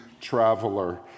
traveler